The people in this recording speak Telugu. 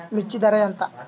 మిర్చి ధర ఎంత?